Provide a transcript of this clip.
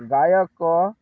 ଗାୟକ